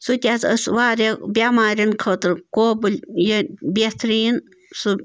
سُہ تہِ حظ ٲس واریاہ بٮ۪مارٮ۪ن خٲطرٕ قوبٕلۍ یہِ بہتریٖن سُہ